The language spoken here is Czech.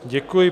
Děkuji.